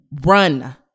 run